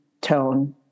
Tone